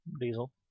Diesel